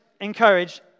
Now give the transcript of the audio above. encourage